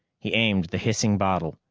he aimed the hissing bottle,